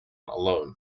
alone